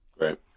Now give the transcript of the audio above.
Right